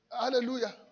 Hallelujah